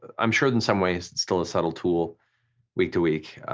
i'm sure in some ways it's still a subtle tool week to week,